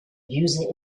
user